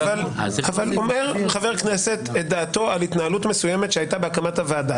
אומר חבר כנסת את דעתו על התנהלות מסוימת שהייתה בהקמת הוועדה.